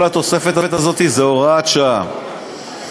כל התוספת הזאת היא הוראת שעה,